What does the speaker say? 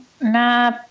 Nah